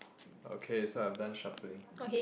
okay so I'm done shuffling